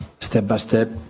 step-by-step